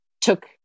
took